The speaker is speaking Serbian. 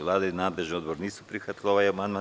Vlada i nadležni odbor nisu prihvatili ovaj amandman.